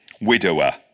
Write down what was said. widower